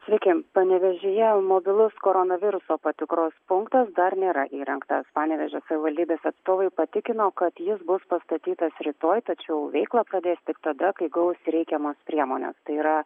sveiki panevėžyje mobilus koronaviruso patikros punktas dar nėra įrengtas panevėžio savivaldybės atstovai patikino kad jis bus pastatytas rytoj tačiau veiklą pradės tik tada kai gaus reikiamas priemones tai yra